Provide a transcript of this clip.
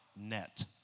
net